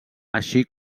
així